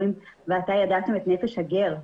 "ואתם ידעתם את נפש הגר,